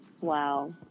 Wow